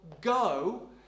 go